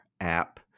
app